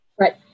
Right